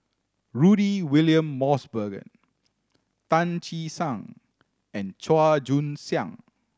Rudy William Mosbergen Tan Che Sang and Chua Joon Siang